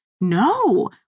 no